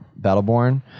Battleborn